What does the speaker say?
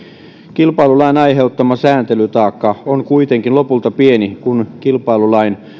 kilpailulain aiheuttama sääntelytaakka on kuitenkin lopulta pieni kun kilpailulain